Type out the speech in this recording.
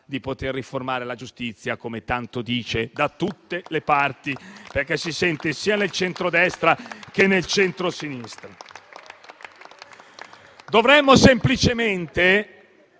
di riformare la giustizia, come tanto dice da tutte le parti, perché questo lo si sente sia nel centrodestra che nel centrosinistra.